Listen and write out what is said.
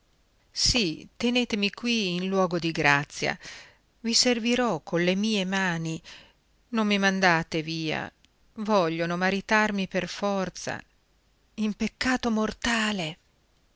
sì tenetemi qui in luogo di razia i servirò colle mie mani non mi mandate via vogliono maritarmi per forza in peccato mortale